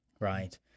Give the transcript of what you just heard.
Right